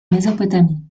mésopotamie